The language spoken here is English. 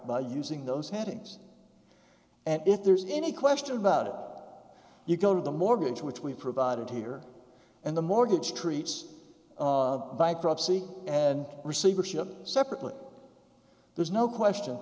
by using those headings and if there's any question about it you go to the mortgage which we provided here and the mortgage treats bankruptcy and receivership separately there's no question